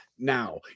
Now